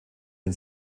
den